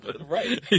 Right